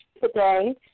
today